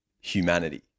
humanity